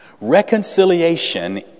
Reconciliation